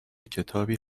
کتابی